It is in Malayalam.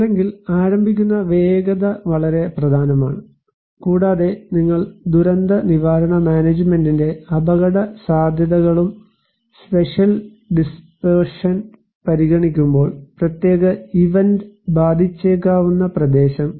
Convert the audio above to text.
അല്ലെങ്കിൽ ആരംഭിക്കുന്ന വേഗത വളരെ പ്രധാനമാണ് കൂടാതെ നിങ്ങൾ ദുരന്ത നിവാരണ മാനേജ്മെന്റിന്റെ അപകടസാധ്യതകളും സ്പേഷ്യൽ ഡിസ്പെർഷൻ പരിഗണിക്കുമ്പോൾ പ്രത്യേക ഇവന്റ് ബാധിച്ചേക്കാവുന്ന പ്രദേശം